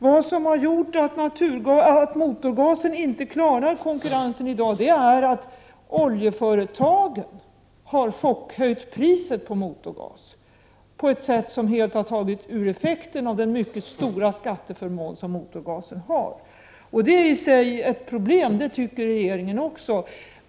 91 Orsaken till att motorgasen i dag inte klarar konkurrensen är att oljeföretagen har chockhöjt priset på motorgas på ett sätt som helt har tagit bort effekten av den mycket stora skatteförmån som motorgasen har. Det är i sig ett problem, det tycker regeringen också.